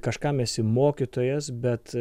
kažkam esi mokytojas bet